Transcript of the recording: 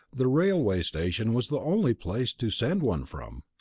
the railway station was the only place to send one from.